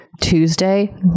Tuesday